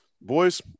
boys